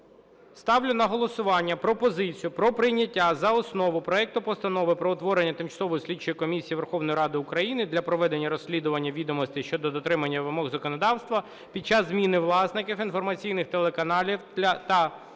ставлю на голосування пропозицію про прийняття за основу проект Постанови про утворення Тимчасової слідчої комісії Верховної Ради України для проведення розслідування відомостей щодо дотримання вимог законодавства під час зміни власників інформаційних телеканалів та забезпечення